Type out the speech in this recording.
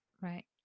Right